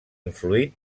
influït